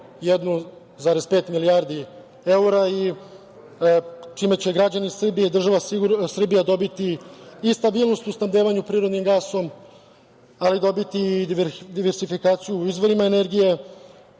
1,5 milijardu evra a čime će građani Srbije i država Srbija dobiti i stabilnost u snabdevanju prirodnim gasom, ali dobiti i diversifikaciju u izvorima energije